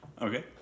Okay